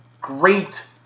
great